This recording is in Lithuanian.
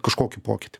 kažkokį pokytį